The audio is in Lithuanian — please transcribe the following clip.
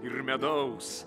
ir medaus